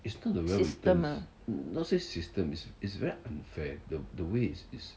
system ah